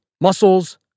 Muscles